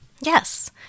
Yes